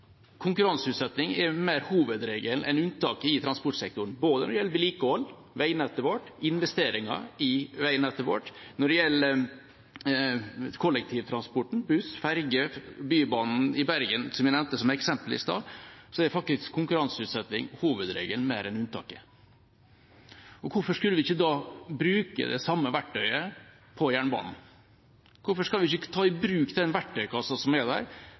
Konkurranseutsetting er mer hovedregelen enn unntaket i transportsektoren. Når det gjelder både vedlikehold, veinettet vårt, investeringer i veinettet vårt og kollektivtransporten – buss, ferge, Bybanen i Bergen, som jeg nevnte som eksempel i stad – er konkurranseutsetting faktisk mer hovedregelen enn unntaket. Hvorfor skulle vi ikke da bruke det samme verktøyet på jernbanen? Hvorfor skal vi ikke ta i bruk den verktøykassen som er der,